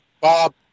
Bob